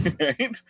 Right